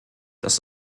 das